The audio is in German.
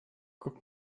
guck